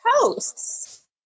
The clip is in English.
posts